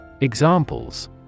Examples